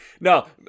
No